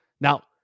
Now